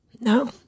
No